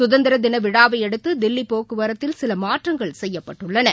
சுதந்திரதினவிழாவையடுத்துதில்லிபோக்குவரத்தில் சிலமாற்றங்கள் செய்யப்பட்டுளளன